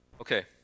Okay